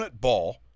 ball